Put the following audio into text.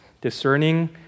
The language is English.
discerning